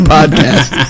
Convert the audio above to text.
Podcast